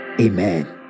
Amen